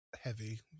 heavy